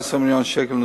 19 מיליון שקלים,